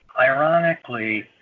ironically